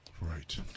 right